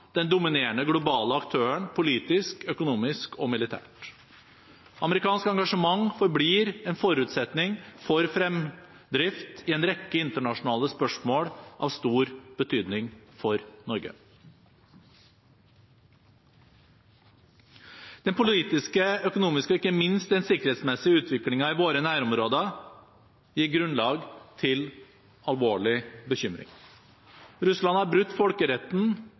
den dominerende globale aktøren politisk, økonomisk og militært. Amerikansk engasjement forblir en forutsetning for fremdrift i en rekke internasjonale spørsmål av stor betydning for Norge. Den politiske, økonomiske og ikke minst den sikkerhetsmessige utviklingen i våre nærområder gir grunn til alvorlig bekymring. Russland har brutt folkeretten